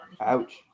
Ouch